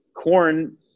corn